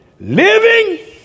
Living